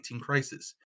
crisis